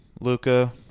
Luca